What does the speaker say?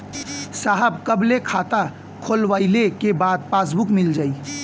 साहब कब ले खाता खोलवाइले के बाद पासबुक मिल जाई?